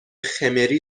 خمری